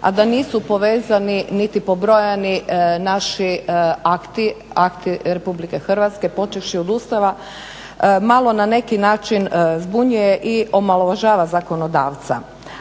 a da nisu povezani niti pobrojani naši akti, akti RH počevši od Ustava malo na neki način zbunjuje i omalovažava zakonodavca.